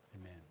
Amen